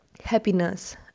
happiness